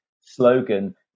slogan